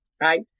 Right